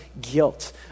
guilt